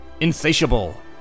insatiable